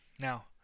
now